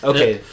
Okay